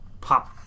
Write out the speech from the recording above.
pop